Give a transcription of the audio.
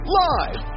live